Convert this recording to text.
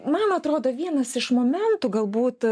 man atrodo vienas iš momentų galbūt